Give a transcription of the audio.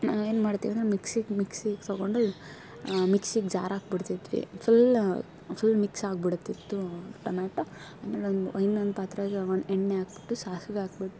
ಏನ್ಮಾಡ್ತೀವಿ ಅಂದರೆ ಮಿಕ್ಸಿಗೆ ಮಿಕ್ಸಿಗೆ ತಗೊಂಡು ಮಿಕ್ಸಿಗೆ ಜಾರ್ ಹಾಕ್ಬಿಡ್ತಿದ್ವಿ ಫುಲ್ ಫುಲ್ ಮಿಕ್ಸ್ ಆಗ್ಬಿಡ್ತಿತ್ತು ಟಮೇಟೊ ಆಮೇಲೊಂದು ಇನ್ನೊಂದು ಪಾತ್ರೆಗೆ ಒಂದು ಎಣ್ಣೆ ಹಾಕಿಬಿಟ್ಟು ಸಾಸಿವೆ ಹಾಕಿಬಿಟ್ಟು